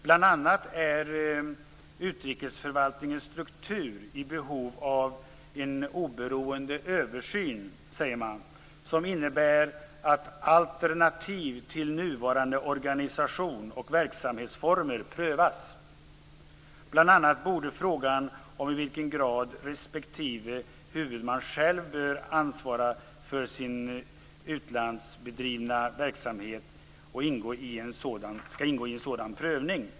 Bl.a. är utrikesförvaltningens struktur i behov av en oberoende översyn, säger man, som innebär att alternativ till nuvarande organisation och verksamhetsformer prövas. Frågan om i vilken grad respektive huvudman själv ansvarar för sin utlandsbedrivna verksamhet bör då ingå i en sådan prövning.